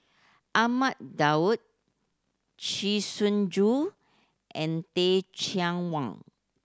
Ahmad Daud Chee Soon Juan and Teh Cheang Wan